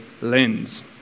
lens